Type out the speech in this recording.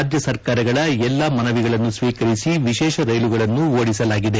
ರಾಜ್ಯ ಸರ್ಕಾರಗಳ ಎಲ್ಲಾ ಮನವಿಗಳನ್ನು ಸ್ವೀಕರಿಸಿ ಎಶೇಷ ರೈಲುಗಳನ್ನು ಓಡಿಸಲಾಗಿದೆ